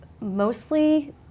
mostly